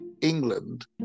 England